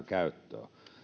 käyttöä